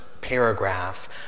paragraph